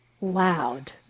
loud